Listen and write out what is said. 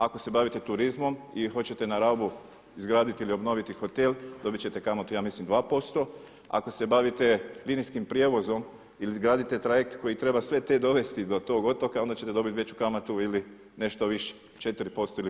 Ako se bavite turizmom i hoćete na Rabu izgraditi ili obnoviti hotel dobit ćete kamatu ja mislim 2%, ako se bavite linijskim prijevozom ili izgradite trajekt koji treba sve te dovesti do tog otoka onda ćete dobiti veću kamatu ili nešto više 4% ili 5%